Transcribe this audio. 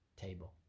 table